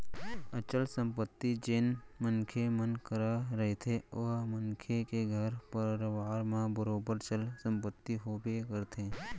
अचल संपत्ति जेन मनखे मन करा रहिथे ओ मनखे के घर परवार म बरोबर चल संपत्ति होबे करथे